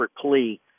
plea